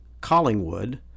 Collingwood